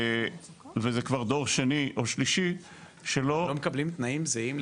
וזה כבר דור שני או שלישי --- לא מקבלים תנאים זהים.